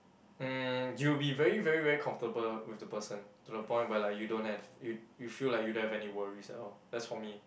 mm you'll be very very very comfortable with the person to the point where like you don't have you you feel like you don't have any worries at all that's for me